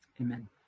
Amen